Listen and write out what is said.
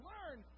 Learn